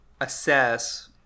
assess